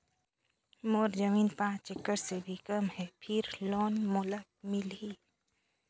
मोर जमीन पांच एकड़ से भी कम है फिर लोन मोला मिलही?